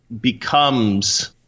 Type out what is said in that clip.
becomes